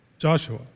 Joshua